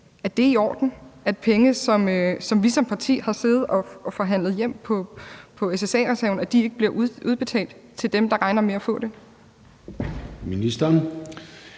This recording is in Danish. Er det i orden, at penge, som vi som parti har siddet og forhandlet hjem på SSA-reserven, ikke bliver udbetalt til dem, der regner med at få dem?